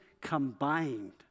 combined